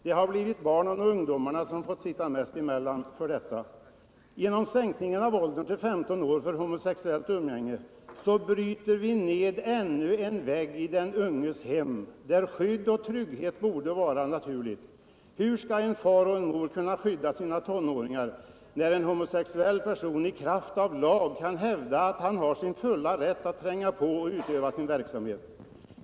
Det är barnen och ungdomarna som mest har fått sitta emellan. Genom sänkningen av åldern till 15 år för homosexuellt umgänge bryter vi ned ännu en vägg i den unges hem -— där skydd och trygghet borde vara naturligt. Hur skall en far och en mor kunna skydda sina tonåringar när en homosexuell person i kraft av lag kan hävda att han har sin fulla rätt att tränga sig på och utöva sin verksamhet?